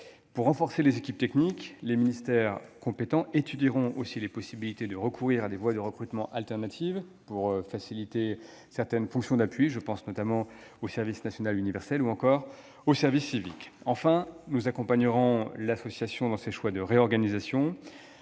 Pour renforcer les équipes techniques, les ministères compétents étudieront aussi les possibilités de recourir à des voies de recrutement alternatives pour certaines fonctions d'appui, comme le service national universel ou le service civique. Enfin, nous accompagnerons l'association dans ses choix de réorganisation.